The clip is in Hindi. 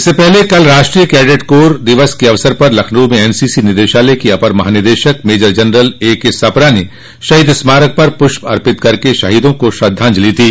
इससे पूर्व कल राष्ट्रोय कैडिट कोर एनसीसी दिवस के अवसर पर लखनऊ में एनसीसी निदेशालय के अपर महानिदेशक मेजर जनरल एकेसप्रा ने शहीद स्मारक पर प्रष्प अर्पित कर शहीदों को श्रद्धांजलि दी